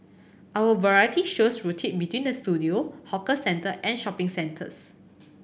our variety shows rotate between the studio hawker centre and shopping centres